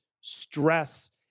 stress